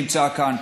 שנמצא כאן,